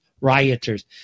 Rioters